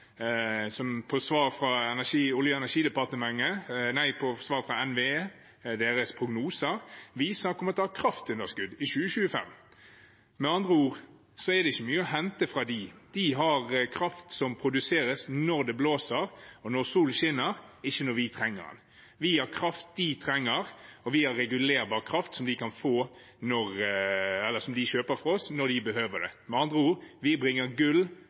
i 2025. Med andre ord er det ikke mye å hente fra dem. De har kraft som produseres når det blåser, og når solen skinner – ikke når vi trenger den. Vi har kraft de trenger, og vi har regulerbar kraft som de kjøper fra oss når de behøver det. Med andre ord: Vi bringer gull